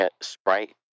Sprite